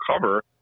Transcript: cover